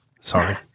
Sorry